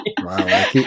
Wow